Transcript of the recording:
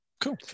Cool